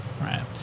right